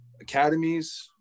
Academies